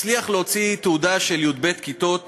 והצליח להוציא תעודה של בוגר י"ב כיתות